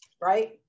right